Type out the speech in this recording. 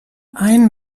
ein